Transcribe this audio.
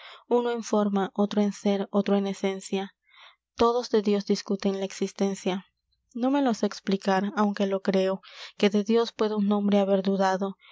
uno en forma otro en sér otro en esencia todos de dios discuten la existencia no me lo sé explicar aunque lo creo que de dios pueda un hombre haber dudado